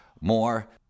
more